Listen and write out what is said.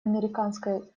американской